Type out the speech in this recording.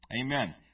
Amen